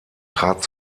trat